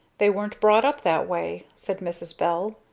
they weren't brought up that way, said mrs. bell.